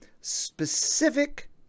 specific